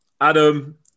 Adam